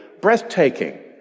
breathtaking